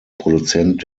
produzent